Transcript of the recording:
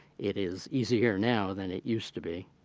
it is easier now than it used to be.